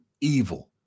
evil